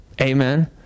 Amen